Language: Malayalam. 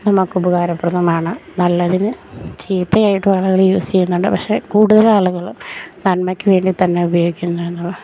നമുക്ക് ഉപകാരപ്രദമാണ് നല്ലതിന് ചീത്തയായിട്ടും ആളുകൾ യൂസ് ചെയ്യുന്നുണ്ട് പക്ഷെ കൂടുതൽ ആളുകൾ നന്മയ്ക്ക് വേണ്ടിത്തന്നെ ഉപയോഗിക്കുന്നുവെന്ന്